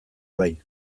bai